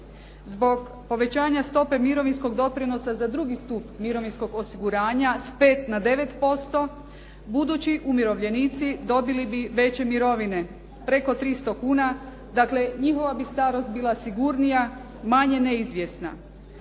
Zbog povećanja stope mirovinskog doprinosa za drugi stup mirovinskog osiguranja s 5 na 9% budući umirovljenici dobili bi veće mirovine preko 300 kuna, dakle njihova bi starost bila sigurnija, manje neizvjesna.